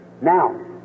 Now